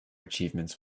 achievements